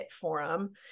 forum